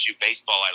baseball